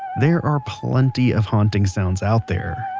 there are plenty of haunting sounds out there,